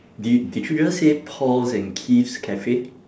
di~ did you just say paul's and keith's cafe